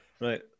Right